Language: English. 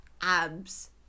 abs